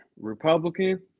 republican